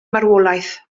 marwolaeth